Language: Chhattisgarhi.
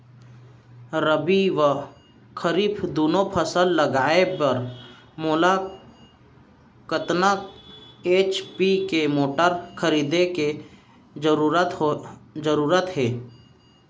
रबि व खरीफ दुनो फसल लगाए बर मोला कतना एच.पी के मोटर खरीदे के जरूरत हे?